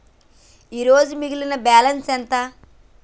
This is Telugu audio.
ఈరోజు మిగిలిన బ్యాలెన్స్ ఎంత?